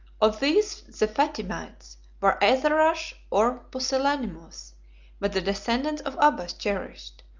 of these the fatimites were either rash or pusillanimous but the descendants of abbas cherished,